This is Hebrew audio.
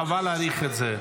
חבל להאריך את זה.